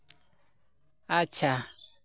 ᱟᱪᱪᱷᱟ